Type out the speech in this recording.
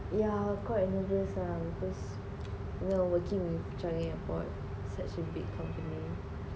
yeah quite nervous lah because you know working with changi airport such a big company